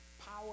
power